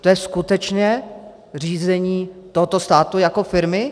To je skutečně řízení tohoto státu jako firmy?